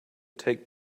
take